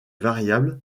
variable